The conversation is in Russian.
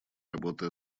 работы